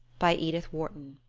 by edith wharton